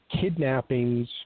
kidnappings